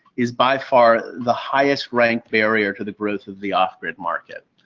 is by far the highest ranked barrier to the growth of the off-grid market.